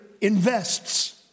invests